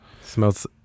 Smells